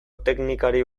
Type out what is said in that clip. teknikari